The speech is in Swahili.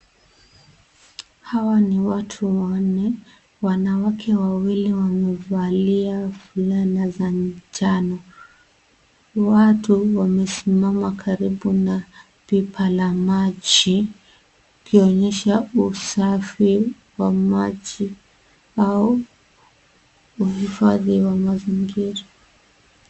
Hawa ni watu wanne. Wanawake wawili wanne wamevalia fulana za njano. Watu wamesimama karibu na pipa la maji. Ikionyesha usafi wa maji au uhifadhi wa mazingira.